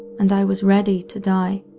and i was ready to die.